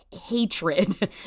hatred